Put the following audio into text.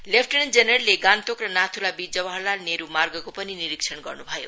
lieutenant जेनरलले गान्तोक र नाथ्लाबीच जवाहरलाल नेहरू मार्गको पनि निरीक्षण गर्न् भयो